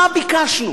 מה ביקשנו?